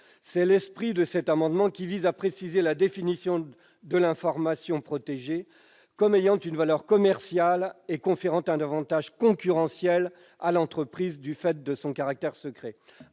est l'esprit de cet amendement, qui vise à préciser la définition de l'information protégée comme ayant une valeur commerciale et conférant un avantage concurrentiel à l'entreprise du fait de son caractère secret.